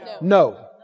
No